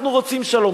אנחנו רוצים שלום.